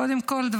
קודם כול,